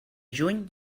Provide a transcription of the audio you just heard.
juny